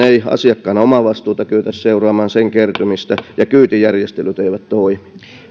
ei asiakkaan omavastuun kertymistä kyetä seuraamaan ja kyytijärjestelyt eivät toimi